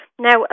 Now